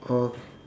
oh